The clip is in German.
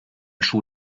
schuh